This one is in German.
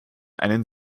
einen